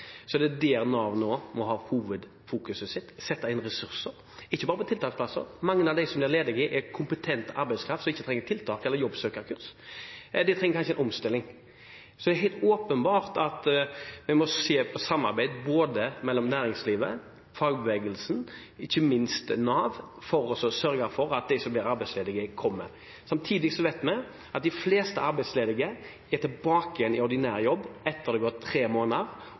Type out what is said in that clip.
Så det er helt åpenbart at vi må se på samarbeid både mellom næringslivet og fagbevegelsen og ikke minst med Nav, for å sørge for at de som blir arbeidsledige, kommer ut i jobb. Samtidig vet vi at de fleste arbeidsledige er tilbake i ordinær jobb etter at det har gått tre måneder,